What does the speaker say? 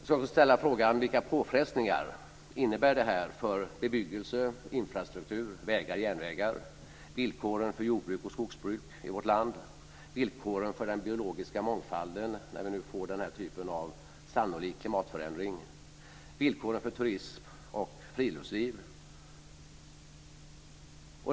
Vi får ställa oss frågan vilka påfrestningar detta innebär för bebyggelse, infrastruktur, vägar, järnvägar, villkoren för jordbruk och skogsbruk i vårt land, villkoren för den biologiska mångfalden med en sådan sannolik klimatförändring och villkoren för turism och friluftsliv.